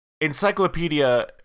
Encyclopedia